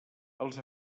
als